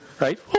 right